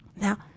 Now